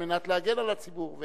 על מנת להגן על הציבור.